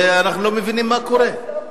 אנחנו לא מבינים מה קורה.